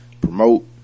promote